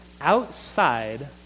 outside